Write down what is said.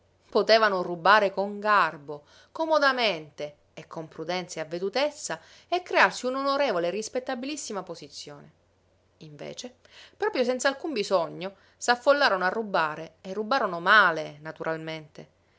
potevano rubare con garbo comodamente e con prudenza e avvedutezza e crearsi un'onorevole e rispettabilissima posizione invece proprio senz'alcun bisogno s'affollarono a rubare e rubarono male naturalmente